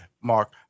Mark